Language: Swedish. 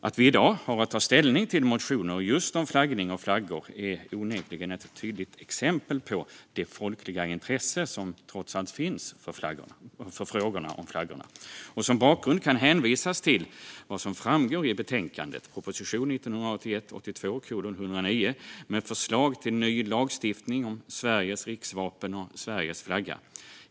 Att vi i dag har att ta ställning till motioner just om flaggning och flaggor är onekligen ett tydligt exempel på det folkliga intresse som trots allt finns för frågorna om flaggor. Som bakgrund kan hänvisas till vad som framgår i betänkandet om proposition 1981/82:109 med förslag till ny lagstiftning om Sveriges riksvapen och Sveriges flagga.